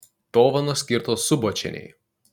dovanos skirtos subočienei